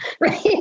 right